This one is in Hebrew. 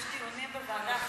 יש דיונים בוועדה,